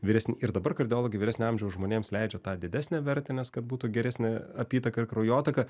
vyresni ir dabar kardiologai vyresnio amžiaus žmonėms leidžia tą didesnę vertę nes kad būtų geresnė apytaka ir kraujotaka